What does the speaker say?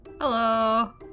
Hello